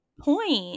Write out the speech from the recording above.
point